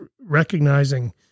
recognizing